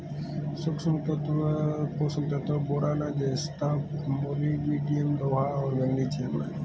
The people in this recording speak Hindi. सूक्ष्म पोषक तत्व बोरान जस्ता मोलिब्डेनम लोहा और मैंगनीज हैं